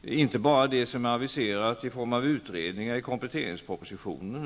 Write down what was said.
Det gäller inte bara sådant som är aviserat som utredningar i kompletteringspropositionen.